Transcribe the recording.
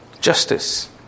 justice